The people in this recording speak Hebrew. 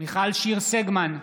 מיכל שיר סגמן,